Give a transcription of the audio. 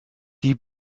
die